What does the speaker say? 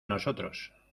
nosotros